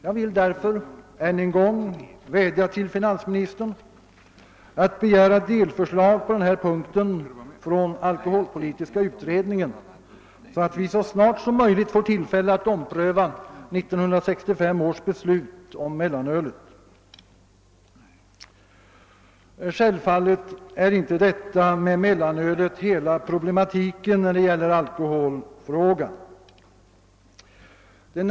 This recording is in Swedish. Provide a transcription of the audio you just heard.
Jag vill därför än en gång vädja till finansministern att han begär delförslag på den punkten från alkoholpolitiska utredningen, så att vi så snart som möjligt får tillfälle att ompröva 1965 års beslut om mellanölet. Självfallet är inte mellanölet hela problematiken när det gäller alkoholfrågan.